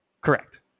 Correct